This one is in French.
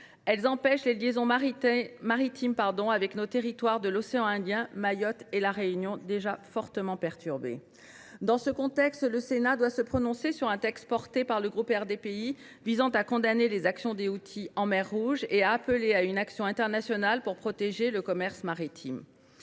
Elles empêchent les liaisons maritimes avec nos territoires de l’océan Indien, Mayotte et La Réunion, déjà fortement perturbées. Dans ce contexte, le Sénat doit se prononcer sur une proposition de résolution du groupe RDPI condamnant les méfaits des Houthis en mer Rouge et appelant à une action internationale pour protéger le commerce maritime.